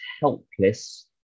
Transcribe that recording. helpless